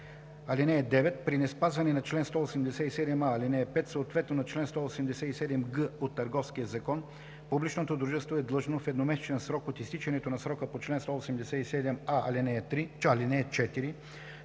ал. 5. (9) При неспазване на чл. 187а, ал. 5, съответно на чл. 187г от Търговския закон, публичното дружество е длъжно в едномесечен срок от изтичането на срока по чл. 187а, ал. 4,